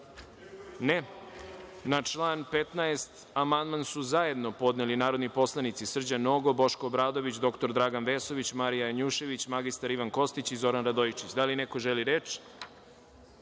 (Ne.)Na član 15. amandman su zajedno podneli narodni poslanici Srđan Nogo, Boško Obradović, dr Dragan Vesović, Marija Janjušević, mr Ivan Kostić i Zoran Radojičić. Da li neko želi reč?